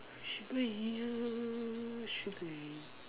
should be you should be